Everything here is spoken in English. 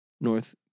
North